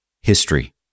history